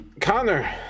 Connor